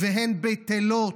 והן בטלות.